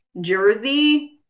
jersey